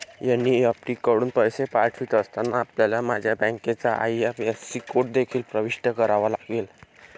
NEFT कडून पैसे पाठवित असताना, आपल्याला माझ्या बँकेचा आई.एफ.एस.सी कोड देखील प्रविष्ट करावा लागेल